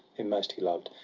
whom most he loved,